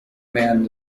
man